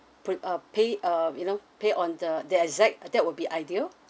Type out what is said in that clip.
put uh pay err you know pay on the the exact that would be ideal